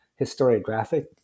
historiographic